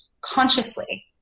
consciously